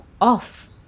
off